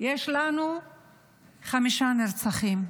יש לנו חמישה נרצחים.